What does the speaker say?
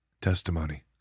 testimony